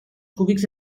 cúbics